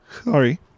sorry